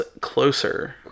Closer